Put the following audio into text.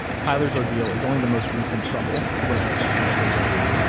tyler's ordeal is only the most recent trouble to wedge itself into her days.